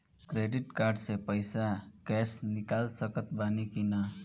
Credit card से पईसा cash निकाल सकत बानी की ना?